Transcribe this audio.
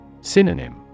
Synonym